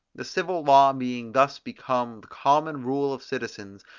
the civil law being thus become the common rule of citizens,